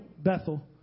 Bethel